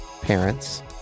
parents